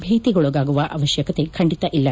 ಭೀತಿಗೊಳಗಾಗುವ ಅವಶ್ಲಕತೆ ಖಂಡಿತ ಇಲ್ಲ